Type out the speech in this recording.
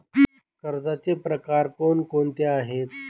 कर्जाचे प्रकार कोणकोणते आहेत?